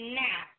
now